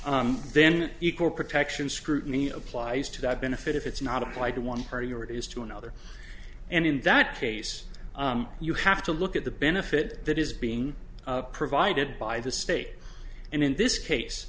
then equal protection scrutiny applies to that benefit if it's not applied to one party or it is to another and in that case you have to look at the benefit that is being provided by the state and in this case